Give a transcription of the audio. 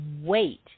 wait